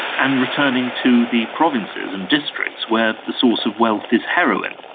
and returning to the provinces and districts where the source of wealth is heroin.